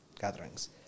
gatherings